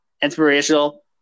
inspirational